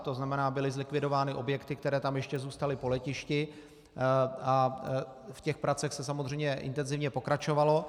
To znamená, byly zlikvidovány objekty, které tam ještě zůstaly po letišti, a v těch pracích se samozřejmě intenzivně pokračovalo.